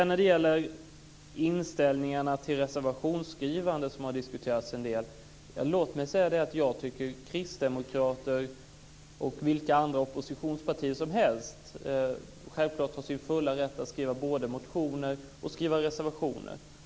När det gäller inställningen till reservationsskrivande, som har diskuterats en del, vill jag säga att jag tycker att Kristdemokraterna och vilket oppositionsparti som helst självklart ska ha sin fulla rätt att skriva motioner och reservationer.